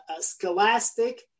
scholastic